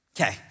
Okay